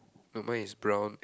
no my is brown